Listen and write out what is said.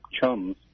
chums